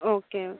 okay okay